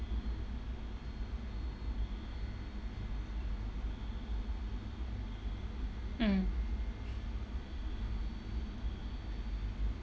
mm